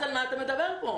אז על מה אתה מדבר פה?